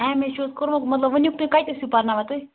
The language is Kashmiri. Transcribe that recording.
اٮ۪م اے چھُو حظ کوٚرمُت مطلب ؤنِو تُہۍ کَتہِ ٲسِو پرناوان تُہۍ